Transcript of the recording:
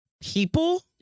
people